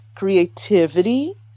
Creativity